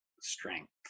strength